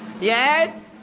Yes